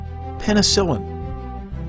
penicillin